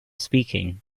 speaking